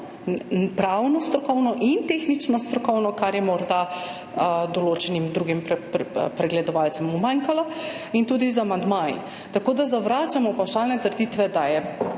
pravno strokovno in tehnično strokovno, kar je morda določenim drugim pregledovalcem umanjkalo, pa tudi z amandmaji. Tako, da zavračamo pavšalne trditve, da je